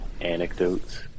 anecdotes